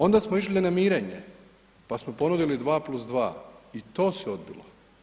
Onda smo išli na mirenje pa smo ponudili 2+2 i to se odbilo.